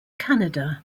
canada